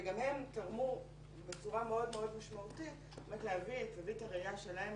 וגם הם תרמו בצורה מאוד מאוד משמעותית להביא את זווית הראיה שלהם,